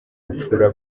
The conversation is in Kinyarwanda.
bucura